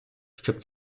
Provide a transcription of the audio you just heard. щоб